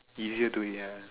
easier to eat ah